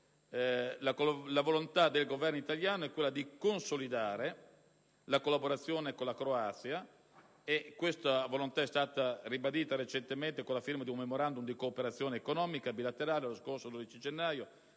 la volontà del Governo italiano è di consolidare la collaborazione con la Croazia, come è stato recentemente ribadito con la firma di un Memorandum di cooperazione economica bilaterale lo scorso 12 gennaio,